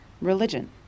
Religion